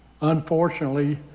unfortunately